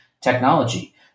technology